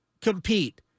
compete